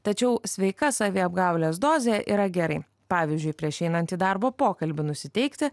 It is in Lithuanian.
tačiau sveika saviapgaulės dozė yra gerai pavyzdžiui prieš einant į darbo pokalbį nusiteikti